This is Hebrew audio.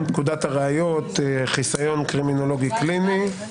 פקודת הראיות (חיסיון קרימינולוג קליני).